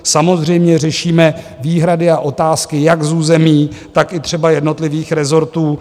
Samozřejmě řešíme výhrady a otázky jak z území, tak i třeba jednotlivých rezortů.